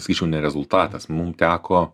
sakyčiau ne rezultatas mum teko